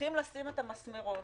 צריכים לשים את המסמרות.